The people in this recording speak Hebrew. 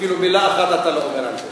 אפילו מילה אחת אתה לא אומר על זה.